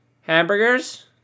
hamburgers